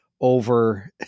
Over